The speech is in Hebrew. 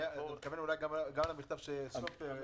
אתה מתכוון גם למכתב שעידו סופר שלח.